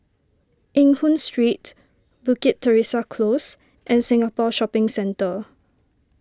Eng Hoon Street Bukit Teresa Close and Singapore Shopping Centre